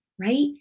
right